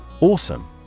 Awesome